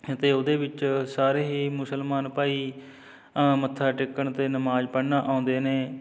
ਅਤੇ ਉਹਦੇ ਵਿੱਚ ਸਾਰੇ ਹੀ ਮੁਸਲਮਾਨ ਭਾਈ ਮੱਥਾ ਟੇਕਣ ਅਤੇ ਨਮਾਜ਼ ਪੜ੍ਹਨ ਆਉਂਦੇ ਨੇ